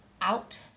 out